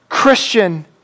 Christian